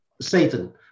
Satan